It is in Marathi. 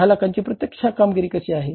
6 लाखांची प्रत्यक्ष कामगिरी किती आहे